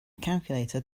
calculator